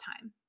time